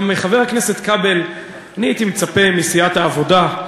גם, חבר הכנסת כבל, אני הייתי מצפה מסיעת העבודה,